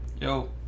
Yo